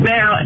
Now